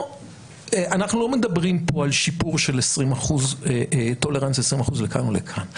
אנחנו לא מדברים פה על טולרנס 20% לכאן או לכאן.